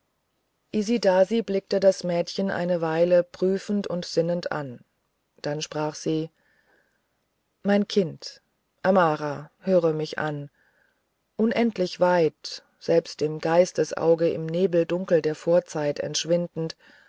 isidasi blickte das mädchen eine weile prüfend und sinnend an dann sprach sie mein kind amara höre mich an unendlich weit selbst dem geistesauge im nebeldunkel der vorzeit entschwindend